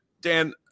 Dan